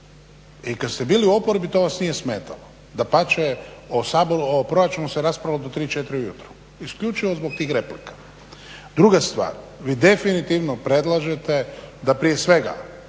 i kada ste bili u oporbi to vas nije smetalo. Dapače, o proračunu se raspravljalo do 3, 4 ujutro isključivo zbog tih replika. Druga stvar, vi definitivno predlažete da prije svega